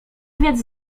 więc